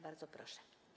Bardzo proszę.